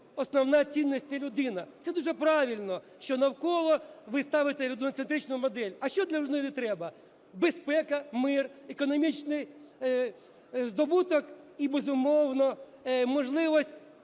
основна цінність – це людина. Це дуже правильно, що навколо ви ставите людиноцентричну модель. А що для людини треба? Безпека, мир, економічний здобуток і, безумовно, можливість